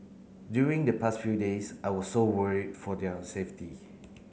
during the past few days I was so worried for their safety